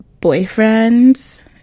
boyfriend's